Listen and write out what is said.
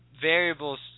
variables